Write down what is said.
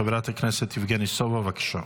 חבר הכנסת יבגני סובה, בבקשה.